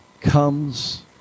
comes